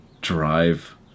drive